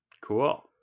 Cool